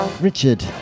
Richard